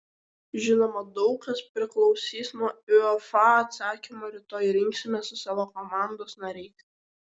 žinoma daug kas priklausys nuo uefa atsakymo rytoj rinksimės su savo komandos nariais